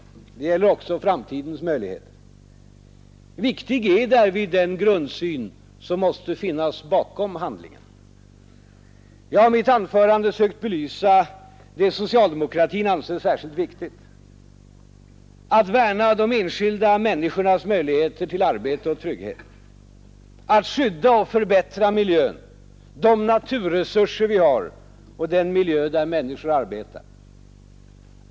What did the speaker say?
Den gäller också framtidens möjligheter. Viktig är därvid den grundsyn som måste finnas bakom handlingen. Jag har i mitt anförande sökt belysa det socialdemokratin anser särskilt viktigt: Att värna de enskilda människornas möjligheter till arbete och trygghet. Att skydda och förbättra miljön — de naturresurser vi har och den miljö där människor arbetar.